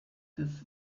des